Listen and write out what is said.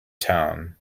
town